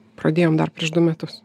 pradėjom dar prieš du metus